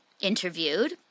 interviewed